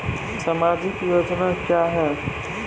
समाजिक योजना क्या हैं?